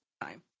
time